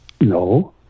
no